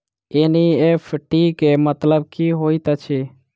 NEFT केँ मतलब की होइत अछि?